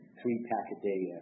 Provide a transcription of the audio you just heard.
three-pack-a-day